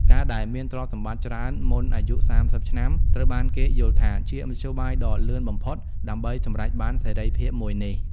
ការដែលមានទ្រព្យសម្បត្តិច្រើនមុនអាយុ ៣០ ឆ្នាំ ត្រូវបានគេយល់ថាជាមធ្យោបាយដ៏លឿនបំផុតដើម្បីសម្រេចបានសេរីភាពមួយនេះ។